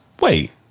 Wait